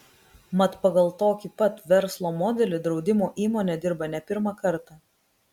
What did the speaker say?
mat pagal tokį pat verslo modelį draudimo įmonė dirba ne pirmą kartą